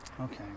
Okay